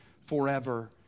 forever